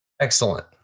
Excellent